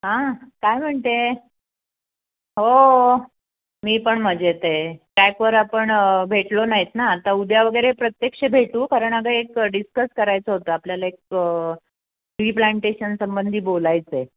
हां काय म्हणते आहे हो मी पण मजेत आहे चॅटवर आपण भेटलो नाहीत ना आता उद्या वगैरे प्रत्यक्ष भेटू कारण अगं एक डिस्कस करायचं होतं आपल्याला एक ट्री प्लांटेशन संंबंधी बोलायचं आहे